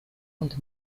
und